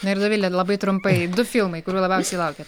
na ir dovile labai trumpai du filmai kurių labiausiai laukiat